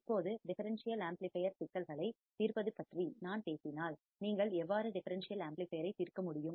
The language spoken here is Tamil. இப்போது டிஃபரண்சியல் ஆம்ப்ளிபையர் சிக்கல்களைத் தீர்ப்பது பற்றி நான் பேசினால் நீங்கள் எவ்வாறு டிஃபரண்சியல் ஆம்ப்ளிபையரை தீர்க்க முடியும்